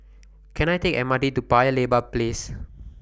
Can I Take The M R T to Paya Lebar Place